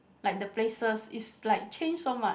like the places is like change so much